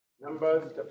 Numbers